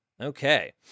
Okay